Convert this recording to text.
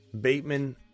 Bateman